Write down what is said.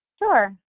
Sure